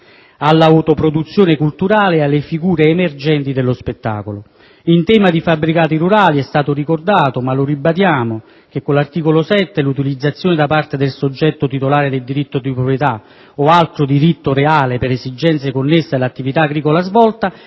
all'autoproduzione culturale e alle figure emergenti dello spettacolo. In tema di fabbricati rurali (è stato ricordato, ma lo ribadiamo), con l'articolo 7 viene consentita l'utilizzazione da parte del soggetto titolare del diritto di proprietà o di altro diritto reale per esigenze connesse all'attività agricola e